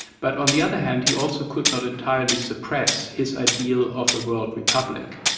but on the other hand he also could not entirely suppress his ideal of a world republic.